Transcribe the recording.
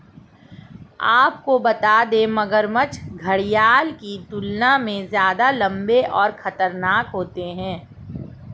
आपको बता दें, मगरमच्छ घड़ियाल की तुलना में ज्यादा लम्बे और खतरनाक होते हैं